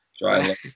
dry